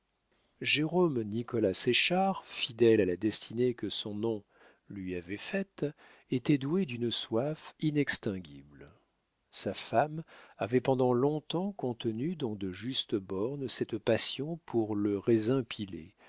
abandonnée jérôme nicolas séchard fidèle à la destinée que son nom lui avait faite était doué d'une soif inextinguible sa femme avait pendant long-temps contenu dans de justes bornes cette passion pour le raisin